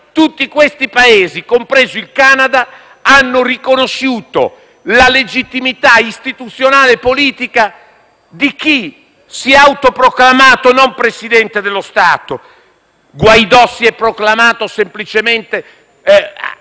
tutti questi Paesi, compreso il Canada, hanno riconosciuto la legittimità istituzionale e politica non di chi si è autoproclamato Presidente dello Stato, ma di chi semplicemente